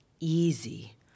Easy